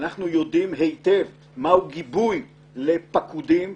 אנחנו יודעים היטב מהו הגיבוי לפקודים,